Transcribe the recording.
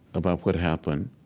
about what happened